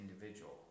individual